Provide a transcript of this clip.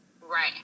Right